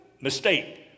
Mistake